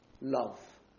love